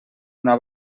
una